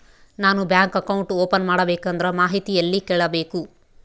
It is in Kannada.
ನಾನು ಬ್ಯಾಂಕ್ ಅಕೌಂಟ್ ಓಪನ್ ಮಾಡಬೇಕಂದ್ರ ಮಾಹಿತಿ ಎಲ್ಲಿ ಕೇಳಬೇಕು?